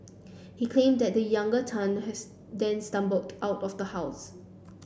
he claimed that the younger Tan his then stumbled out of the house